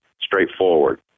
straightforward